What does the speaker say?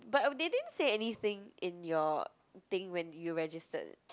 but they didn't say anything in your thing when you registered